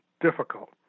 difficult